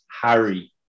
harry